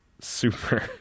super